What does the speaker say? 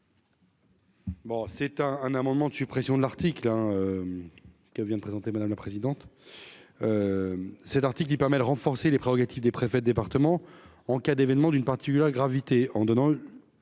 c'est un un amendement de suppression de l'article 1 qu'vient de présenter, madame la présidente, cet article qui permet de renforcer les prérogatives des préfets de département en cas d'événements d'une particulière gravité